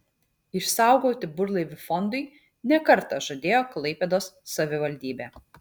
išsaugoti burlaivį fondui ne kartą žadėjo klaipėdos savivaldybė